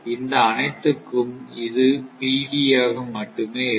இந்த அனைத்துக்கும் இது ஆக மட்டுமே இருக்கும்